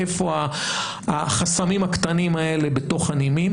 איפה החסמים הקטנים האלה בתוך הנימים,